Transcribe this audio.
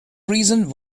reason